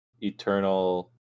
Eternal